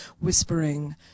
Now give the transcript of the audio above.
whispering